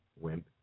Wimp